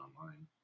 online